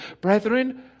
brethren